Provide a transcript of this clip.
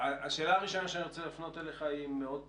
השאלה הראשונה שאני רוצה להפנות אליך היא מאוד פשוטה.